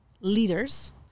leaders